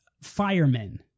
firemen